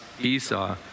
Esau